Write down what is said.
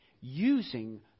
using